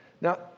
Now